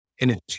energy